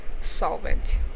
solvent